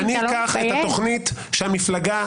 הקיצונית,